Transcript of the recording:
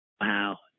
Wow